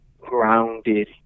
grounded